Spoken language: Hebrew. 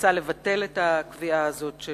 מוצע לבטל את הקביעה הזאת של